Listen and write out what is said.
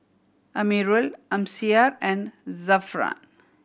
Amirul Amsyar and Zafran